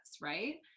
right